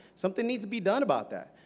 something needs to be done about that.